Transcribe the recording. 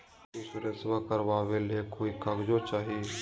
इंसोरेंसबा करबा बे ली कोई कागजों चाही?